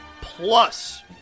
Plus